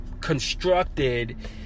constructed